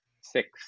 six